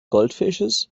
goldfisches